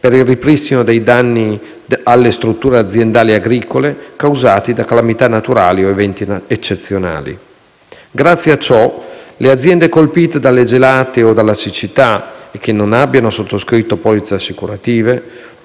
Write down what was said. per il ripristino dei danni alle strutture aziendali agricole, causati da calamità naturali o eventi eccezionali. Grazie a ciò, le aziende colpite dalle gelate o dalla siccità e che non abbiano sottoscritto polizze assicurative,